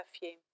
perfume